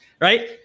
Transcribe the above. Right